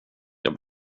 jag